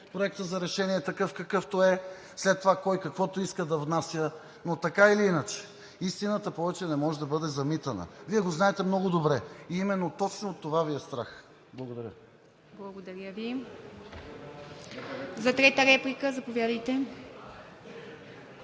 проекта за решение такъв, какъвто е, след това кой каквото иска да внася, но така или иначе истината повече не може да бъде замитана. Вие го знаете много добре и именно точно от това Ви е страх. Благодаря. ПРЕДСЕДАТЕЛ ИВА МИТЕВА: Благодаря Ви. За трета реплика – заповядайте,